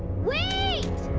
wait!